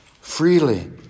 freely